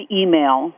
email